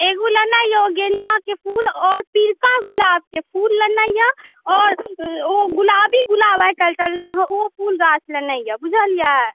एगो लेनाइ यऽ गेन्दाके फूल आओर पिअरका गुलाबके फूल लेनाइ यऽ आओर एगो ओ गुलाबी गुलाब आइ काल्हि चलले हइ ओ फूल गाछ लेनाइ यऽ बुझलिए